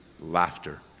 Laughter